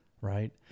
Right